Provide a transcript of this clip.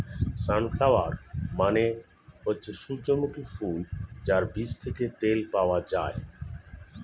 sunflower মানে হচ্ছে সূর্যমুখী ফুল যার বীজ থেকে তেল পাওয়া যায়